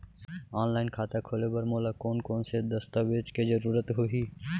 Online खाता खोले बर मोला कोन कोन स दस्तावेज के जरूरत होही?